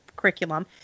curriculum